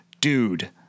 dude